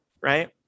right